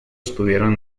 estuvieron